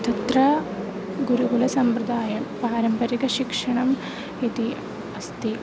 तत्र गुरुकुलसम्प्रदायं पारम्परिकशिक्षणम् इति अस्ति